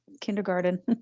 kindergarten